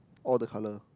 all the colour